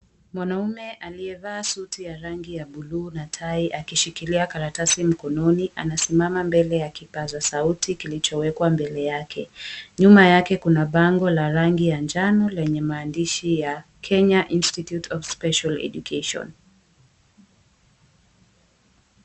Mwanaume aliyevaa suti ya rangi ya bulu na tai, akishikilia karatasi mkononi, anasimama mbele ya kipaza sauti kilichowekwa mbele yake. Nyuma yake kuna bango la rangi ya njano lenye maandishi ya Kenya Institute of Special Education.